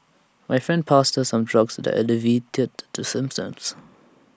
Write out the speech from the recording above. her friend passed her some drugs that alleviated the symptoms